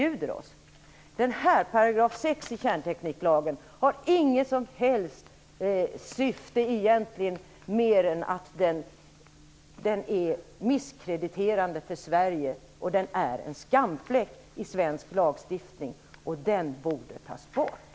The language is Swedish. Den paragrafen, 6 § kärntekniklagen, har inget som helst syfte mer än att den är misskrediterande för Sverige. Det är en skamfläck i svensk lagstiftning, och den borde tas bort.